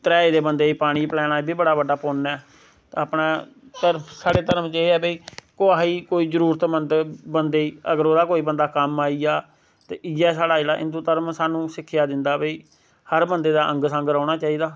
कोहा गी त्रेहाए दे बंदे गी पानी पलाना एहबी बड़ा बड्डा पुन्न ऐ अपने स्हाड़े धर्म च एह् ऐ भाई कोहा गी कोई जरूरतमंद कोहा गी अगर ओह्दे कोई बंदा कम्म आई जा ते इयै स्हाड़ा जेह्ड़ा हिंदू धर्म साह्नू सिक्खेआ दिंदा भाई हर बंदे दे अंग संग रौह्ना चाहिदा